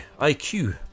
IQ